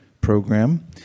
program